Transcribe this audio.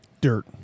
Dirt